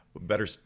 Better